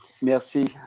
Merci